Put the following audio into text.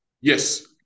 Yes